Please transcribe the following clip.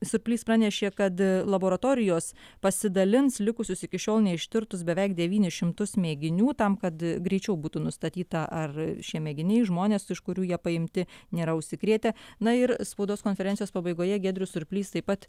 surplys pranešė kad laboratorijos pasidalins likusius iki šiol neištirtus beveik devynis šimtus mėginių tam kad greičiau būtų nustatyta ar šie mėginiai žmones iš kurių jie paimti nėra užsikrėtę na ir spaudos konferencijos pabaigoje giedrius surplys taip pat